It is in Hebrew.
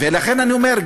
ולכן אני אומר,